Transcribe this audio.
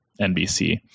NBC